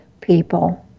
people